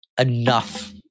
enough